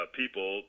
people